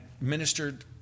ministered